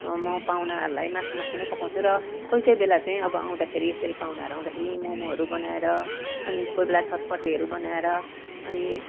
म पाहुनालाई माछा मासु नै पकाउँछु र कोही कोही बेला चै अब आउँदाखेरि यसरी पाहुनाहरू आउँदाखेरि ममहरू बनाएर अनि कोही बेला चटपटेहरू बनाएर अनि